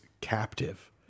captive